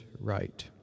right